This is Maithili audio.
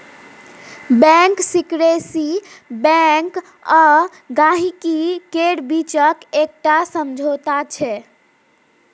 बैंक सिकरेसी बैंक आ गांहिकी केर बीचक एकटा समझौता छै